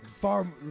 far